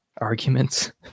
arguments